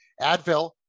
Advil